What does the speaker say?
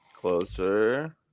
Closer